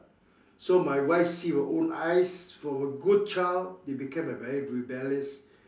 so my wife see with her own eyes from a good child they became a very rebellious